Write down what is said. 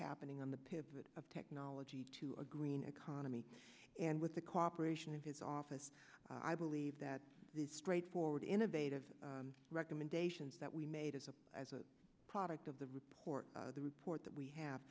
happening on the pivot of technology to a green economy and with the cooperation of his office i believe that these straightforward innovative recommendations that we made as a as a product of the report the report that we have